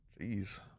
Jeez